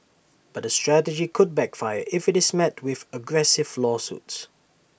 but the strategy could backfire if IT is met with aggressive lawsuits